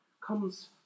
comes